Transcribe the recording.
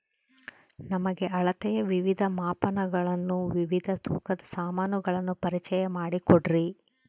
ನಮಗೆ ಅಳತೆಯ ವಿವಿಧ ಮಾಪನಗಳನ್ನು ವಿವಿಧ ತೂಕದ ಸಾಮಾನುಗಳನ್ನು ಪರಿಚಯ ಮಾಡಿಕೊಡ್ರಿ?